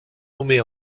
nommée